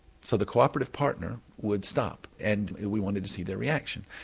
so the cooperative partner would stop and we wanted to see their reaction.